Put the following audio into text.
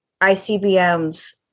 ICBMs